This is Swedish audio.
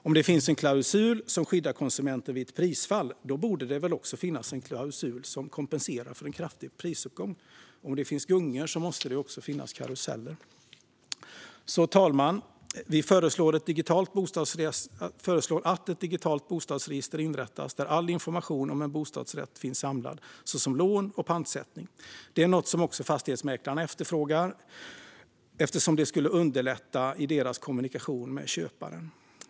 Om det finns en klausul som skyddar konsumenten vid ett prisfall borde det även finnas en klausul som kompenserar för en kraftig prisuppgång. Om det finns gungor måste det också finnas karuseller. Fru talman! Vi föreslår att ett digitalt bostadsrättsregister inrättas. Där ska all information om en bostadsrätt finnas samlad, såsom lån och pantsättning. Det är något som också fastighetsmäklarna efterfrågar, eftersom det skulle underlätta i deras kommunikation med köparen.